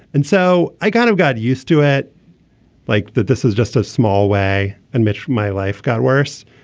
and so i kind of got used to it like that this is just a small way. and mitch my life got worse.